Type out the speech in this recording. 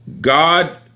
God